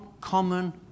common